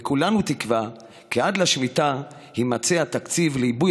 וכולנו תקווה כי עד לשמיטה יימצא התקציב לעיבוי